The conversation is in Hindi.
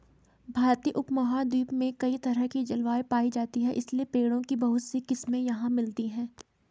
भारतीय उपमहाद्वीप में कई तरह की जलवायु पायी जाती है इसलिए पेड़ों की बहुत सी किस्मे यहाँ मिलती हैं